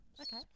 Okay